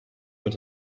mit